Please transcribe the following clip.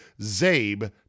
ZABE